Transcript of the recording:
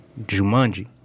Jumanji